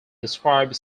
described